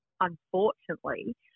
unfortunately